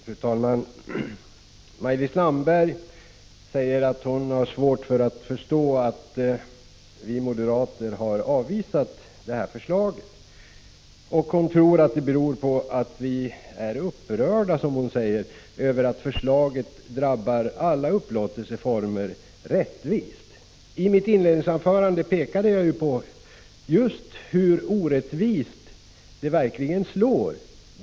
Fru talman! Maj-Lis Landberg säger att hon har svårt att förstå att vi moderater har avvisat det här förslaget. Hon tror att det beror på att vi, som hon säger, är upprörda över att förslaget drabbar alla upplåtelseformer rättvist. I mitt inledningsanförande pekade jag just på hur orättvist det i verkligheten slår.